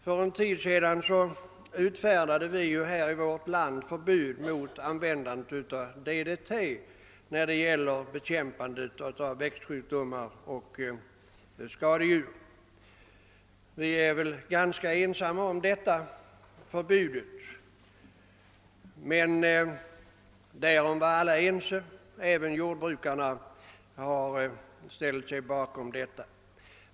För en tid sedan utfärdade vi i vårt land förbud mot användande av DDT för bekämpande av växtsjukdomar och skadedjur. Vi är ganska ensamma om detta förbud. Men alla var ense om det; även jordbrukarna har ställt sig bakom beslutet.